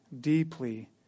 deeply